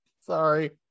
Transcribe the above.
Sorry